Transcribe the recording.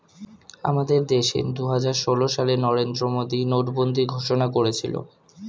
আমাদের দেশে দুহাজার ষোল সালে নরেন্দ্র মোদী নোটবন্দি ঘোষণা করেছিল